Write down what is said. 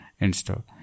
install